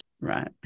Right